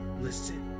listen